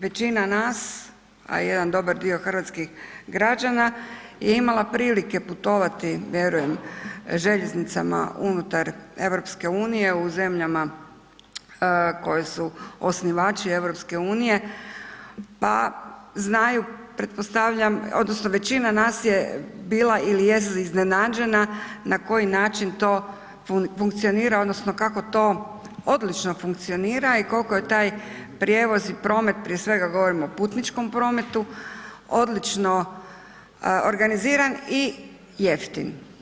Većina nas, a jedan dobar dio hrvatskih građana je imala prilike putovati, vjerujem željeznicama unutar EU, u zemljama koje su osnivači EU pa znaju pretpostavljam, odnosno većina nas je bila ili jest iznenađena na koji način to funkcionira, odnosno kako to odlično funkcionira i koliko je taj prijevoz i promet, prije svega govorimo putničkom prometu odlično organiziran i jeftin.